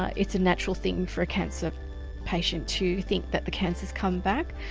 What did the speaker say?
ah it's a natural thing for a cancer patient to think that the cancer's come back.